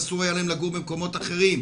אסור היה להם לגור במקומות אחרים.